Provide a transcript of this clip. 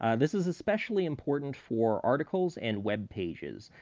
ah this is especially important for articles and webpages,